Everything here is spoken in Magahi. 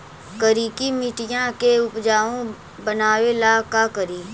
करिकी मिट्टियां के उपजाऊ बनावे ला का करी?